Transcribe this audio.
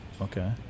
okay